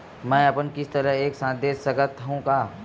मै अपन किस्त ल एक साथ दे सकत हु का?